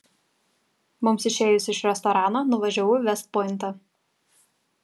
mums išėjus iš restorano nuvažiavau į vest pointą